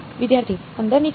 વિદ્યાર્થી અંદરની તરફ